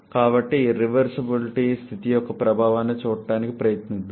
కాబట్టి ఈ ఇర్రివర్సబులిటీ స్థితి యొక్క ప్రభావాన్ని చూడటానికి ప్రయత్నిద్దాం